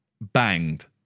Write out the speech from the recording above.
banged